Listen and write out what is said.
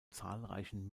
zahlreichen